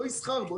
לא יסחר בו,